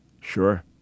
Sure